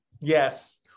Yes